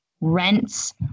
rents